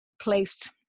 placed